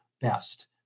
best